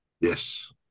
yes